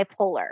bipolar